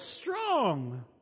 strong